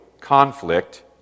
conflict